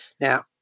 now